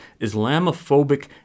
Islamophobic